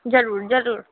जरूर जरूर